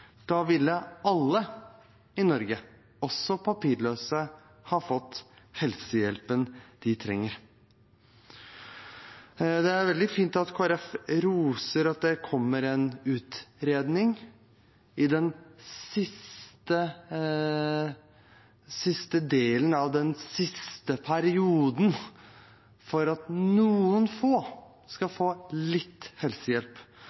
Da ville alle i Norge, også papirløse, fått den helsehjelpen de trenger. Det er veldig fint at Kristelig Folkeparti roser at det kommer en utredning, i den siste delen av den siste perioden, for at noen få skal få litt helsehjelp.